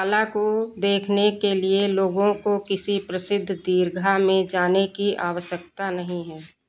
कला को देखने के लिए लोगों को किसी प्रसिद्ध दीर्घा में जाने की आवश्यकता नहीं है